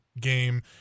game